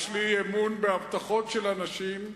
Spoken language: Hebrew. יש לי אמון בהבטחות של אנשים,